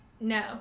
No